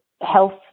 health